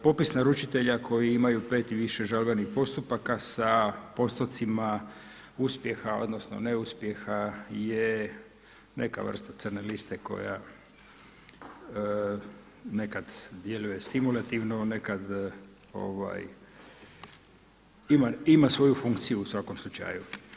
Popis naručitelja koji imaju 5 i više žalbenih postupaka sa postotcima uspjeha, odnosno neuspjeha je neka vrsta crne liste koja nekad djeluje stimulativno, nekad ima svoju funkciju u svakom slučaju.